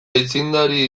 aitzindari